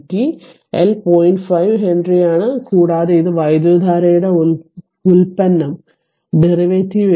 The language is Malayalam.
5 ഹെൻറിയാണ് കൂടാതെ അത് വൈദ്യുതധാരയുടെ വ്യുൽപ്പന്നം എടുക്കുക di t dt